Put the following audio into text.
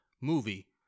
movie